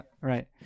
right